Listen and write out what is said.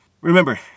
Remember